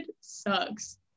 sucks